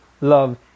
Love